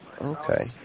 Okay